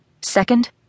Second